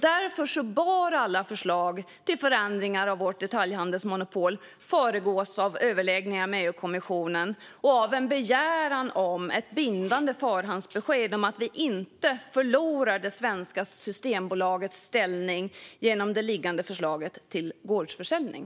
Därför bör alla förslag till förändringar av vårt detaljhandelsmonopol föregås av överläggningar med EU-kommissionen och av en begäran om ett bindande förhandsbesked om att vi inte förlorar det svenska Systembolagets ställning genom det liggande förslaget om gårdsförsäljning.